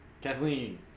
Kathleen